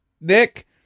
Nick